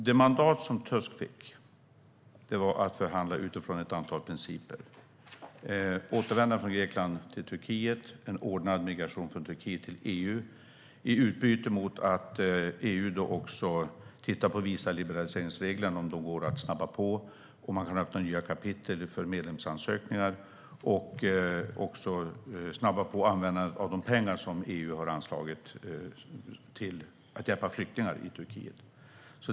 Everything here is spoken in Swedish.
Det mandat som Tusk fick var att förhandla utifrån ett antal principer - återvändande från Grekland till Turkiet och en ordnad migration från Turkiet till EU - i utbyte mot att EU också tittar på om det går att snabba på visaliberaliseringsreglerna, om man kan öppna nya kapitel för medlemsansökan och också snabba på användandet av de pengar som EU har anslagit till att hjälpa flyktingar i Turkiet.